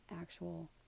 actual